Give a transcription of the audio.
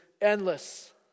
endless